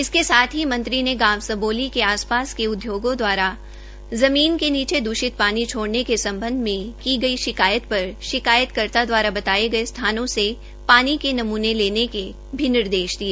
इसके साथ ही मंत्री ने गांव सबोली के आस पास के उदयोगों दवारा जमीन के नीचे दृषित पानी छोडऩे के संबंध में की गई शिकायत पर शिकायतकर्ता द्वारा बताए गए स्थानों से पानी के नमूने लेने के भी निर्देश दिए